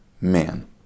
man